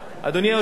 אדוני היושב-ראש,